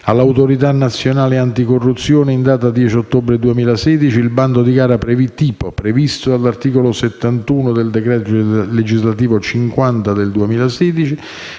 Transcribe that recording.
all'Autorità nazionale anticorruzione (ANAC), in data 10 ottobre 2016, il bando di gara tipo previsto dall'articolo 71 del decreto legislativo n. 50 del 2016